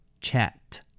chat